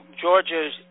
Georgia's